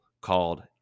called